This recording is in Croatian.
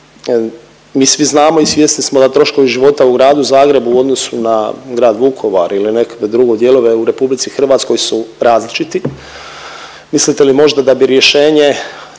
mi svi znamo i svjesni smo da troškovi života u gradu Zagrebu u odnosu na grad Vukovar ili nekakve druge dijelove u RH su različiti. Mislite li možda da bi rješenje